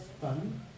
fun